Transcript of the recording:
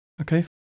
Okay